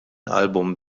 album